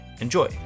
Enjoy